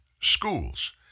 schools